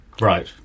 right